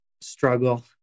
struggle